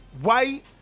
White